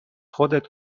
خودت